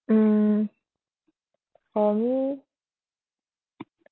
mm for me